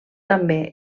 també